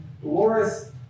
Dolores